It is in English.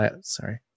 sorry